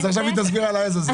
עכשיו היא תסביר על העז הזאת.